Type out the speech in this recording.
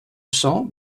cents